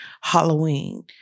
Halloween